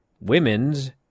women's